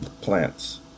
plants